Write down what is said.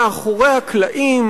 מאחורי הקלעים,